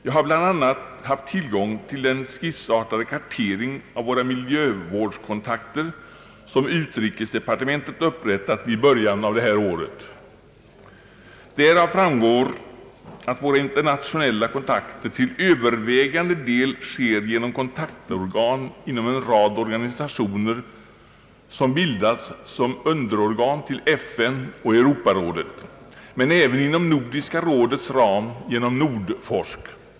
Jag har bl.a. haft tillgång till den skissartade kartering av våra miljövårdskontakter som utrikesdepartementet upprättade i början av detta år. Därav framgår att våra internationella kontakter till övervägande del sker genom kontaktorgan inom en rad organisationer som bildats som underorgan till FN och Europarådet, men även inom Nordiska rådets ram genom Nordforsk.